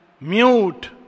mute